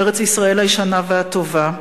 ארץ-ישראל הישנה והטובה.